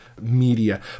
media